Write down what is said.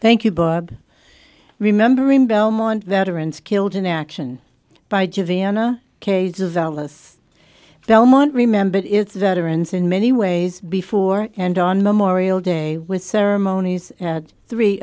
thank you bob remembering belmont veterans killed in action by divan a case of dallas belmont remembered its veterans in many ways before and on memorial day with ceremonies at three